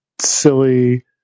silly